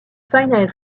final